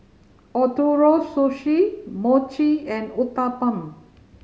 Ootoro Sushi Mochi and Uthapam